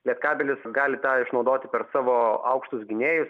lietkabelis gali tą išnaudoti per savo aukštus gynėjus